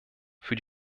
für